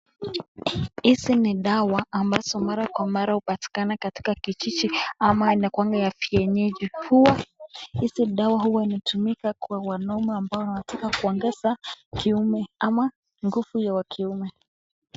Hizi ni dawa ambazo mara kwa mara hupatikana katika kijiji ama inakuanga ya kienyeji. Huwa hizi dawa- huwa inatumika kwa wanaume ambao wanataka kuongeza kiume ama nguvu ya kiume.